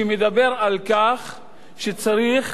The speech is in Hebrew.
שמדבר על כך שצריך